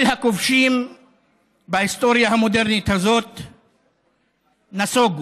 כל הכובשים בהיסטוריה המודרנית הזאת נסוגו,